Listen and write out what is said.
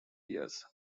years